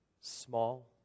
small